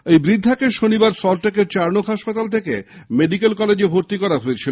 ওই বৃদ্ধাকে শনিবার সল্টলেকের চার্নক হাসপাতাল থেকে মেডিক্যাল কলেজে ভর্তি করা হয়